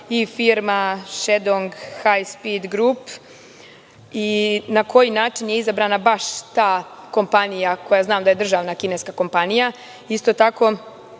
i firma „Šandnong haj- spid grup“. Na koji način je izabrana baš ta kompanija koja znam da je državna kineska kompanija. Isto tako,